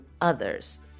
others